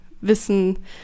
wissen